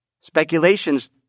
Speculations